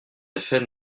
effet